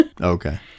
okay